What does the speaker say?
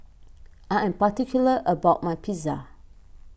I am particular about my Pizza